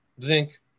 zinc